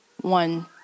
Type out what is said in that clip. one